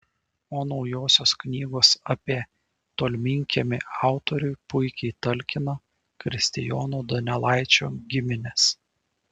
o naujosios knygos apie tolminkiemį autoriui puikiai talkina kristijono donelaičio giminės